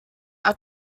are